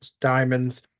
diamonds